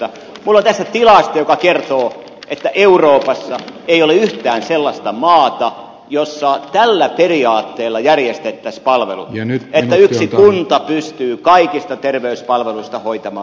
minulla on tässä tilasto joka kertoo että euroopassa ei ole yhtään sellaista maata jossa tällä periaatteella järjestettäisiin palvelut että yksi kunta pystyy kaikki terveyspalvelut hoitamaan